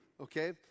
Okay